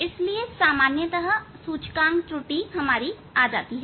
इसलिए सामान्यतः सूचकांक त्रुटि आती है